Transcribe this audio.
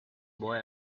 boy